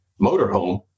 motorhome